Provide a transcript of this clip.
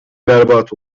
berbat